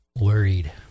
worried